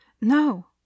No